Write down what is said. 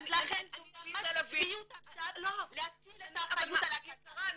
אז לכן זו ממש צביעות עכשיו להטיל את האחריות על קק"ל.